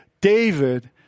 David